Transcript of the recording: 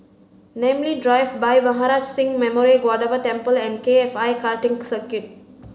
Namly Drive Bhai Maharaj Singh Memorial Gurdwara Temple and K F I Karting Circuit